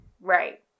Right